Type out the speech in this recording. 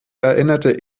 erinnerte